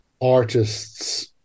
artists